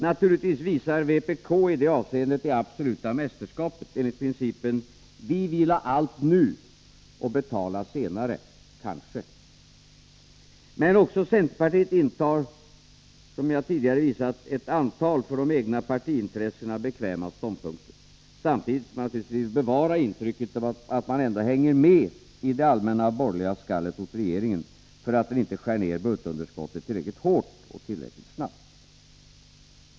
Naturligtvis visar vpk i det avseendet det absoluta mästerskapet, enligt principen vi vill ha allt nu och betala senare — kanske. Men också centerpartiet intar, som jag tidigare visat, ett antal för de egna partiintressena bekväma ståndpunkter, samtidigt som man naturligtvis vill bevara intrycket av att man ändå hänger med i det allmänna borgerliga skallet mot regeringen för att den inte skär ner budgetunderskottet tillräckligt hårt och tillräckligt snabbt.